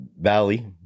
Valley